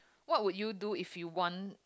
what would you do if you won